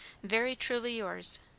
very truly yours,